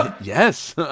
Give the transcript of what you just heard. Yes